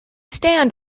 stand